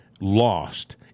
lost